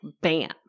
bam